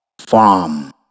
farm